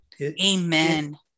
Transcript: Amen